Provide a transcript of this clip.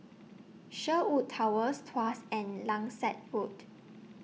Sherwood Towers Tuas and Langsat Road